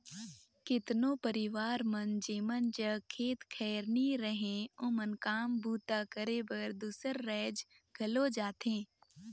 केतनो परिवार मन जेमन जग खेत खाएर नी रहें ओमन काम बूता करे बर दूसर राएज घलो जाथें